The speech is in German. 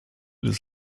des